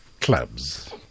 clubs